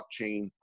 blockchain